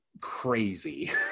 crazy